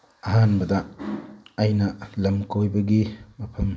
ꯑꯍꯥꯟꯕꯗ ꯑꯩꯅ ꯂꯝ ꯀꯣꯏꯕꯒꯤ ꯃꯐꯝ